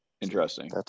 Interesting